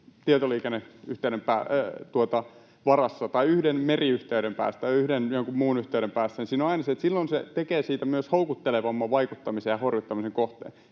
tietoliikenneyhteyden varassa tai yhden meriyhteyden päässä tai yhden jonkun muun yhteyden päässä, niin siinä on aina se, että silloin se tekee siitä myös houkuttelevamman vaikuttamisen ja horjuttamisen kohteen.